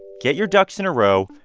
get your ducks in a row.